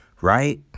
right